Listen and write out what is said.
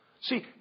See